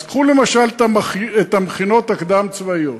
קחו למשל את המכינות הקדם-צבאיות.